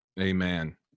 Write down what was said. Amen